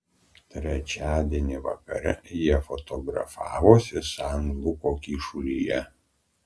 trečiadienį vakare jie fotografavosi san luko kyšulyje